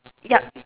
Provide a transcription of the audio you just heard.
yup